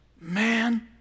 man